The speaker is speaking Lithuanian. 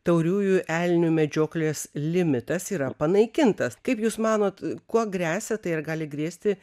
tauriųjų elnių medžioklės limitas yra panaikintas kaip jūs manot kuo gresia tai yra gali grėsti